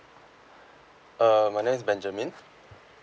uh my name is benjamin